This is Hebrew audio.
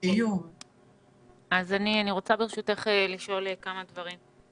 ברשותך, אני רוצה לשאול כמה דברים.